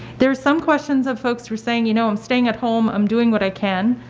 there's some questions of folks who are saying, you know i'm staying at home, i'm doing what i can.